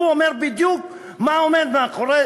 הוא אומר בדיוק מה עומד מאחורי